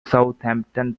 southampton